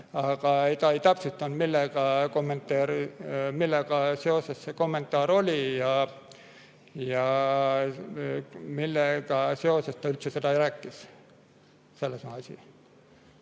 ta ei täpsustanud, millega seoses see kommentaar oli ja millega seoses ta üldse seda rääkis. Nii et ma